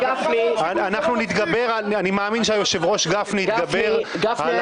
אני מאמין שהיושב-ראש גפני יתגבר על